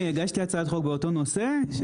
הגשתי הצעת חוק באותו נושא.